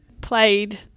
played